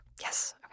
Yes